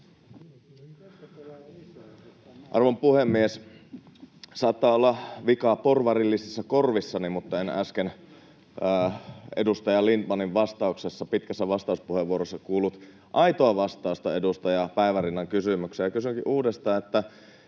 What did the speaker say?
Arvon puhemies! Saattaa olla vikaa porvarillisissa korvissani, mutta en äsken edustaja Lindtmanin vastauksessa, pitkässä vastauspuheenvuorossa, kuullut aitoa vastausta edustaja Päivärinnan kysymykseen, ja kysynkin uudestaan: Missä